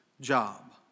job